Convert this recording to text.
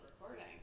recording